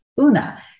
Una